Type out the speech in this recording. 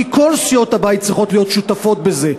כי כל סיעות הבית צריכות להיות שותפות בזה.